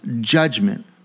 judgment